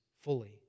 fully